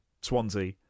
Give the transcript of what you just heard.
Swansea